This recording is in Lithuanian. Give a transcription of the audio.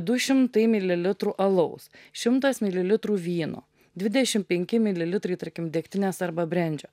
du šimtai mililitrų alaus šimtas mililitrų vyno dvidešim penki mililitrai tarkim degtinės arba brendžio